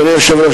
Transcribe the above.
אדוני היושב-ראש,